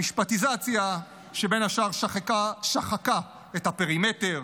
המשפטיזציה, שבין השאר שחקה את הפרימטר,